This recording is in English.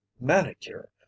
manicure